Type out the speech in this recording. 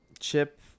Chip